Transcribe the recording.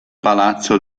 palazzo